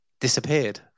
disappeared